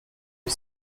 you